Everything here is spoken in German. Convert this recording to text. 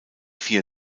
vier